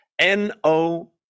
N-O